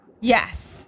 yes